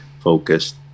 focused